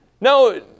No